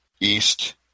east